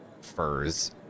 furs